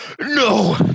No